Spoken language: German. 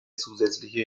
zusätzliche